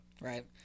right